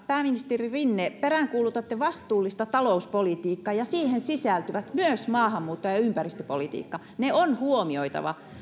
pääministeri rinne peräänkuulutatte vastuullista talouspolitiikkaa ja siihen sisältyvät myös maahanmuutto ja ja ympäristöpolitiikka ne on huomioitava